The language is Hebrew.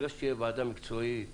צריך שתהיה ועדה משרדית מקצועית